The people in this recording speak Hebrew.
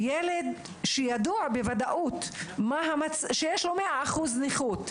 למה ילד, שידוע בוודאות שיש לו 100% נכות,